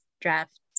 Draft